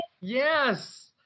Yes